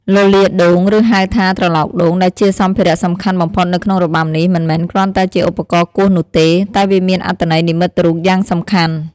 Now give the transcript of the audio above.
លលាដ៍ដូង ឬហៅថាត្រឡោកដូង ដែលជាសម្ភារៈសំខាន់បំផុតនៅក្នុងរបាំនេះ មិនមែនគ្រាន់តែជាឧបករណ៍គោះនោះទេ តែវាមានអត្ថន័យនិមិត្តរូបយ៉ាងសំខាន់។